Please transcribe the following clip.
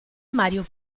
mario